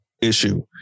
issue